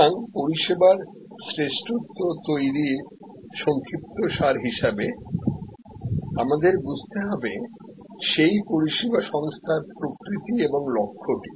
সুতরাং পরিষেবার শ্রেষ্ঠত্ব তৈরির সংক্ষিপ্তসার হিসাবে আমাদের বুঝতে হবে সেই পরিষেবা সংস্থার প্রকৃতি এবং লক্ষ্যটি